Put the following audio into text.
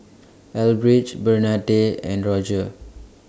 Elbridge Bernadette and Roger